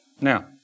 Now